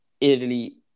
Italy